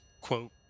quote